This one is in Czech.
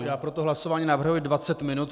Já pro hlasování navrhuji dvacet minut.